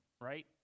right